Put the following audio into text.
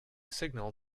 signal